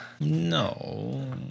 No